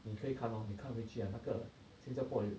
你可以看 lor 你看回去啊那个新加坡有